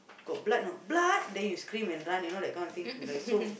got blood not blood then you scream and run you know that kind of thing is like so